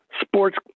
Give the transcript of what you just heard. sports